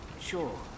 Sure